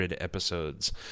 episodes